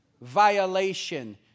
violation